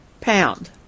pound